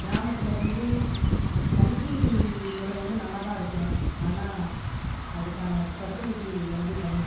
கிராமத்தில் வந்து கல்வி முறை வந்து நல்லாதாக இருக்கும் ஆனால் அதுக்கான ஸ்பெஷல்லிட்டி வந்து கம்மி